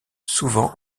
souvent